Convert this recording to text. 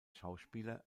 schauspieler